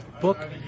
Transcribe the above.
book